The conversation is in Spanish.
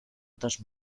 otras